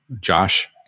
josh